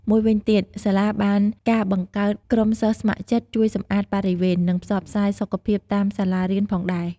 មួយវិញទៀត សាលាបានការបង្កើតក្រុមសិស្សស្ម័គ្រចិត្តជួយសម្អាតបរិវេណ និងផ្សព្វផ្សាយសុខភាពតាមសាលារៀនផងដែរ។